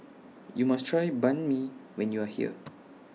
YOU must Try Banh MI when YOU Are here